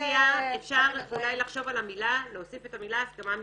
אפשר אולי להוסיף את המונח 'הסכמה מדעת'.